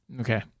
Okay